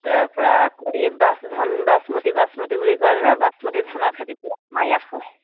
তাৰপৰা আকৌ এই বাছ ধান বাচমতি বাচমতি বুলি কয় যে বাচমতি ধানৰ খেতিটো আমাৰ ইয়াত হয়